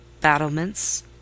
Battlements